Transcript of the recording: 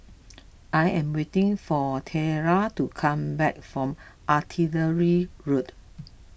I am waiting for Tella to come back from Artillery Road